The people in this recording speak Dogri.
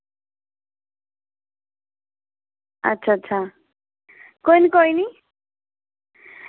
अच्छा अच्छा कोई निं कोई निं